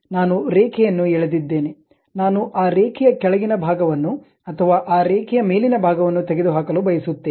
ನಾನು ರೇಖೆಯನ್ನು ಎಳೆದಿದ್ದೇನೆ ನಾನು ಆ ರೇಖೆಯ ಕೆಳಗಿನ ಭಾಗವನ್ನು ಅಥವಾ ಆ ರೇಖೆಯ ಮೇಲಿನ ಭಾಗವನ್ನು ತೆಗೆದುಹಾಕಲು ಬಯಸುತ್ತೇನೆ